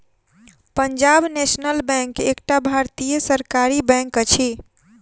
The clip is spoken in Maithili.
पंजाब नेशनल बैंक एकटा भारतीय सरकारी बैंक अछि